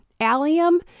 Allium